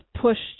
pushed